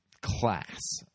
class